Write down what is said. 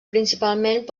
principalment